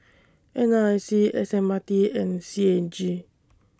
N R I C S M R T and C A G